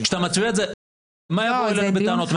מה יבואו אלינו בטענות,